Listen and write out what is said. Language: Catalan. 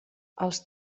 els